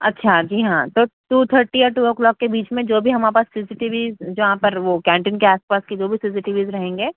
اچھا جی ہاں تو ٹو تھرٹی اور ٹو او کلوک کے بیچ میں جو بھی ہمارے پاس سی سی ٹیویز جہاں پر وہ کینٹین کے آس پاس کی جو بھی سی سی ٹیویز رہیں گے